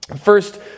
First